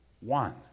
one